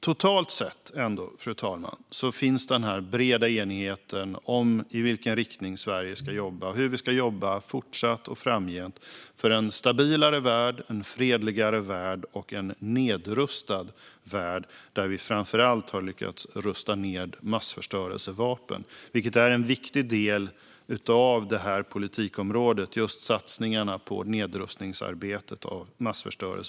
Totalt sett finns ändå den här breda enigheten om i vilken riktning Sverige ska jobba och om hur vi fortsatt och framgent ska jobba för en stabilare värld, en fredligare värld och en nedrustad värld, där vi framför allt har lyckats rusta ned massförstörelsevapen. Just satsningarna på nedrustningsarbetet avseende massförstörelsevapen är en viktig del av det här politikområdet.